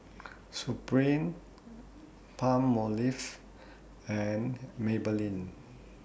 Supreme Palmolive and Maybelline